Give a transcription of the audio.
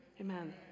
Amen